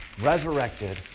resurrected